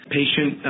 patient